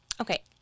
Okay